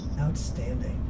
outstanding